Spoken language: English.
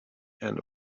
and